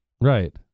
right